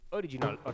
original